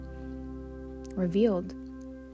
Revealed